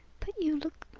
but you look